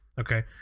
Okay